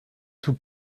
tout